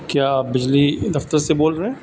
کیا آپ بجلی دفتر سے بول رہے ہیں